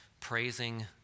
praising